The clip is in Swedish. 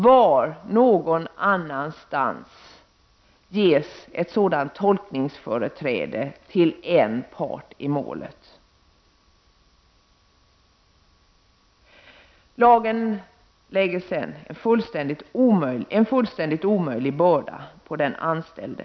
Var någon annanstans ges ett sådant tolkningsföreträde till en part i målet? Lagen lägger sedan en fullständigt omöjlig börda på den anställde.